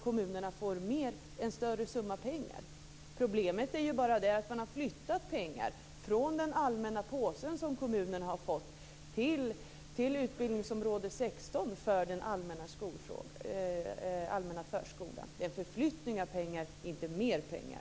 Kommunerna får en större summa pengar, men problemet är ju bara det att man har flyttat pengar från den allmänna påsen som kommunerna har fått till Utbildningsområde 16 för den allmänna förskolan. Det är en förflyttning av pengar, inte mer pengar.